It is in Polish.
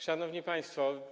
Szanowni Państwo!